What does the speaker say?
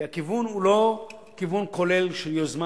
כי הכיוון הוא לא כיוון כולל של יוזמה